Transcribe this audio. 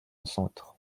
centre